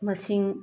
ꯃꯁꯤꯡ